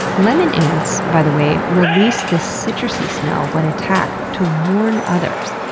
lemon ants, by the way, release this citrusy smell when attacked, to warn others.